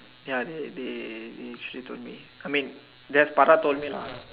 ya they they they actually told me I mean that's Farah told me lah